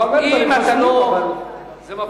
אתה אומר דברים חשובים, אבל זה מפריע למהלך הדיון.